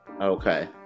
Okay